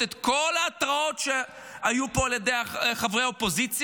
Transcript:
את כל ההתרעות שהיו פה על ידי חברי האופוזיציה,